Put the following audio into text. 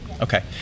Okay